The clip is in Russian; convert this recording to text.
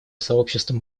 сообществом